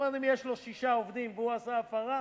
זאת אומרת, אם יש לו שישה עובדים והוא עשה הפרה,